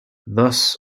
thus